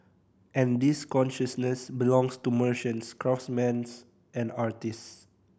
and this consciousness belongs to merchants craftsman and artists